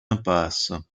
impasse